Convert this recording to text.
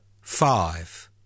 five